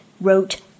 wrote